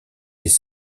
des